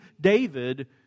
David